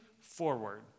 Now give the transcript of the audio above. forward